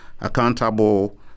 accountable